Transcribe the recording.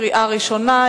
קריאה ראשונה.